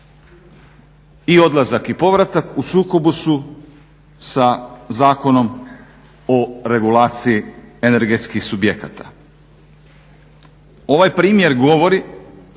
i odlazak i povratak u sukobu su sa Zakonom o regulaciji energetskih subjekata. Ovaj primjer govori